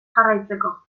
jarraitzeko